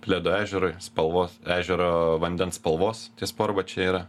bledo ežerui spalvos ežero vandens spalvos tie sportbačiai yra